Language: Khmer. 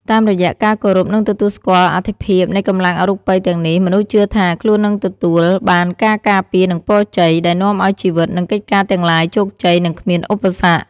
តាមរយៈការគោរព និងទទួលស្គាល់អត្ថិភាពនៃកម្លាំងអរូបិយទាំងនេះ មនុស្សជឿថាខ្លួននឹងទទួលបានការការពារ និងពរជ័យ ដែលនាំឲ្យជីវិត និងកិច្ចការទាំងឡាយជោគជ័យ និងគ្មានឧបសគ្គ។